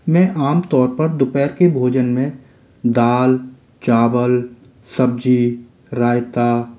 मैं आमतौर पर दोपहर के भोजन में दाल चावल सब्ज़ी रायता